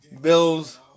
Bills